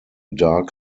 dark